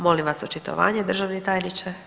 Molim vas očitovanje, državni tajniče.